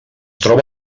troba